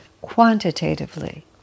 quantitatively